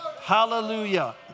Hallelujah